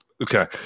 Okay